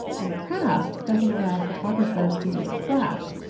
and craft doesn't allow photographers to use a flash.